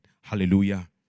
Hallelujah